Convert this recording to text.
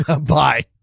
Bye